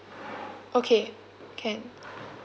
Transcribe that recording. okay can